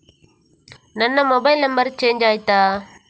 ನನ್ನ mobile number change ಆಯ್ತಾ?